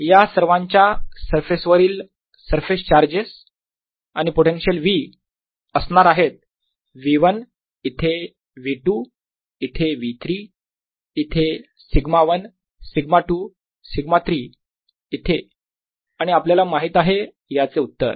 या सर्वांच्या सरफेस वरील सरफेस चार्जेस आणि पोटेन्शियल V असणार आहेत V1 इथे V2 इथे V3 इथे σ1 σ2 σ3 इथे आणि आपल्याला माहित आहे याचे उत्तर